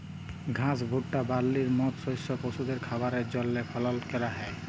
ঘাস, ভুট্টা, বার্লির মত শস্য পশুদের খাবারের জন্হে ফলল ক্যরা হ্যয়